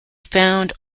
found